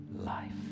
life